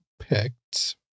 picked